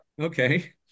okay